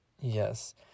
Yes